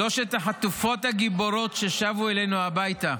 שלוש החטופות הגיבורות ששבו אלינו הביתה,